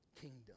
kingdom